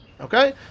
Okay